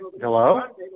Hello